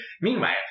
Meanwhile